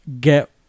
get